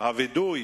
וידוי